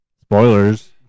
spoilers